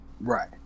Right